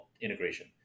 integration